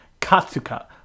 Katsuka